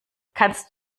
kannst